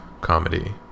comedy